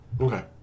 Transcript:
Okay